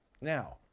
Now